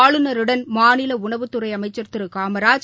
ஆளுநருடன் மாநிலஉணவுத்துறைஅமைச்சர் திருகாமராஜ்